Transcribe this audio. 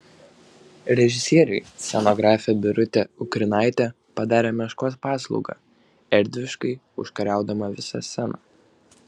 režisieriui scenografė birutė ukrinaitė padarė meškos paslaugą erdviškai užkariaudama visą sceną